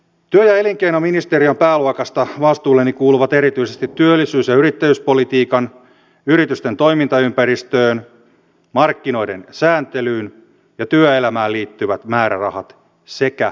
työ ja elinkeinoministeriön pääluokasta vastuulleni kuuluvat erityisesti työllisyys ja yrittäjyyspolitiikkaan yritysten toimintaympäristöön markkinoiden sääntelyyn ja työelämään liittyvät määrärahat sekä kotouttaminen